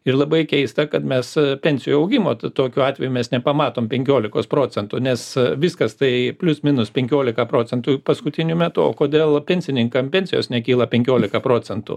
ir labai keista kad mes pensijų augimo tai tokiu atveju mes nepamatom penkiolikos procentų nes viskas tai plius minus penkiolika procentų paskutiniu metu o kodėl pensininkam pensijos nekyla penkiolika procentų